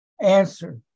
answer